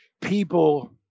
people